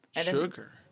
Sugar